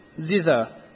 zither